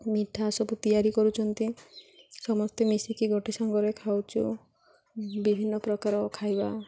ମିଠା ସବୁ ତିଆରି କରୁଛନ୍ତି ସମସ୍ତେ ମିଶିକି ଗୋଟେ ସାଙ୍ଗରେ ଖାଉଛୁ ବିଭିନ୍ନ ପ୍ରକାର ଖାଇବା